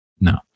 No